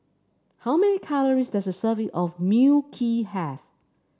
how many calories does a serving of Mui Kee have